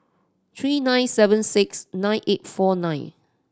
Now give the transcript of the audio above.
three nine seven six nine eight four nine